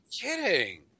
kidding